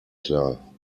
klar